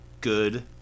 good